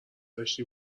داشتی